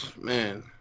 man